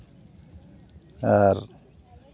ᱟᱨ